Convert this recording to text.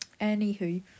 Anywho